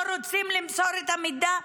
לא רוצים למסור את המידע,